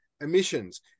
emissions